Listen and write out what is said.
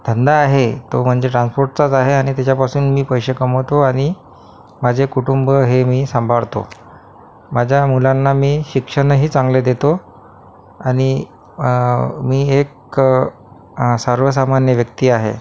धंदा आहे तो म्हणजे ट्रान्सपोर्टचाच आहे आणि त्याच्यापासून मी पैसे कमवतो आणि माझे कुटुंब हे मी सांभाळतो माझ्या मुलांना मी शिक्षणही चांगले देतो आणि मी एक सर्वसामान्य व्यक्ती आहे